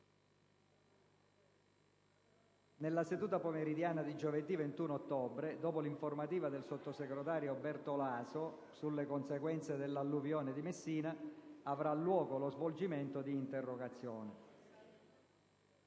Nella seduta pomeridiana di giovedì 21 ottobre, dopo l'informativa del sottosegretario Bertolaso sulle conseguenze dell'alluvione di Messina, avrà luogo lo svolgimento di interrogazioni.